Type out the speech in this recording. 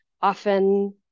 often